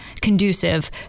conducive